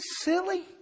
silly